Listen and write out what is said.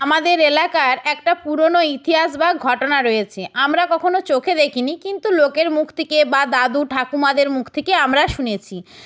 আমাদের এলাকার একটা পুরনো ইতিহাস বা ঘটনা রয়েছে আমরা কখনো চোখে দেখিনি কিন্তু লোকের মুখ থেকে বা দাদু ঠাকুমাদের মুখ থেকে আমরা শুনেছি